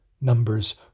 Numbers